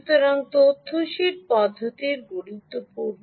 সুতরাং তথ্য শীট পদ্ধতির গুরুত্বপূর্ণ